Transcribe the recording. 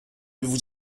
vous